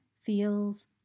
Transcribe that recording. feels